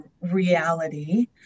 reality